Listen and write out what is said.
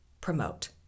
promote